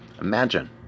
imagine